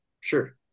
sure